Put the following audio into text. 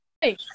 Hey